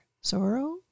sorrow